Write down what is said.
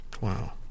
Wow